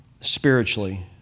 spiritually